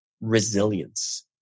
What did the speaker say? resilience